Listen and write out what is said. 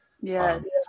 Yes